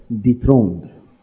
dethroned